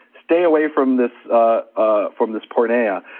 stay away from this ah from this porneia,